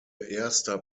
erster